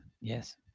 Yes